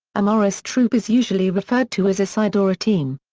a morris troupe is usually referred to as a side or a team.